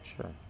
Sure